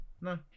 No